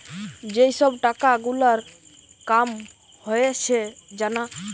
যেই সব টাকা গুলার কাম হয়েছে জানা